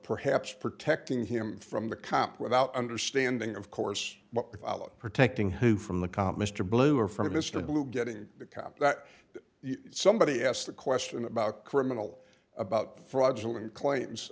perhaps protecting him from the comp without understanding of course but protecting who from the cop mr blue or from mr blue getting the cop that somebody asked the question about criminal about fraudulent claims